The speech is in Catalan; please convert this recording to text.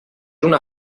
una